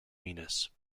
venus